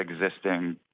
existing